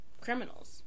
criminals